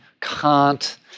Kant